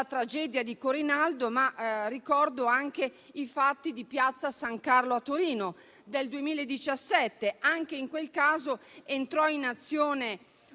tragedia di Corinaldo, ma ricordo anche i fatti di Piazza San Carlo a Torino del 2017: anche in quel caso entrò in azione